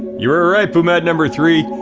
you were right, pumat number three,